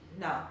no